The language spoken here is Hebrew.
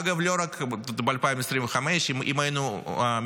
אגב, לא רק ב-2025, אם היינו מקצצים